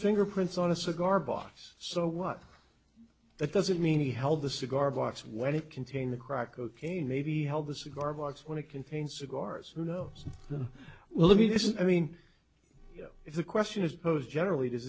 fingerprints on a cigar box so what that doesn't mean he held the cigar box when it contained the crack cocaine maybe help a cigar box when it contains cigars who knows well let me this is i mean if the question is posed generally does